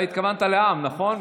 אתה התכוונת לעם, נכון?